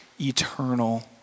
eternal